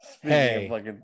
hey